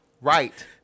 Right